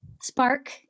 spark